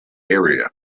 area